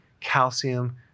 calcium